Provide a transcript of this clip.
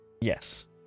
Yes